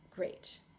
great